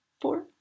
four